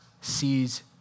sees